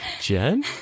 Jen